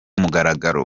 mugaragaro